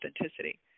authenticity